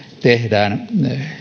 tehdään